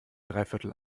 dreiviertel